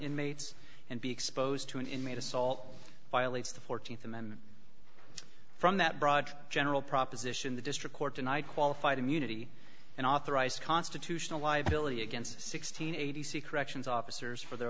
inmates and be exposed to an inmate assault violates the th amendment from that broad general proposition the district court denied qualified immunity and authorized constitutional liability against sixteen a t c corrections officers for their